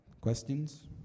Questions